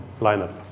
lineup